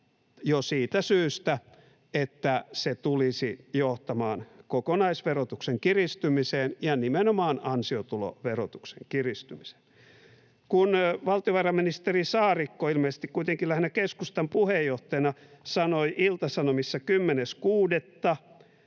jo siitä syystä, että se tulisi johtamaan kokonaisverotuksen kiristymiseen ja nimenomaan ansiotuloverotuksen kiristymiseen. Kun valtiovarainministeri Saarikko ilmeisesti kuitenkin lähinnä keskustan puheenjohtajana sanoi Ilta-Sanomissa 10.6.,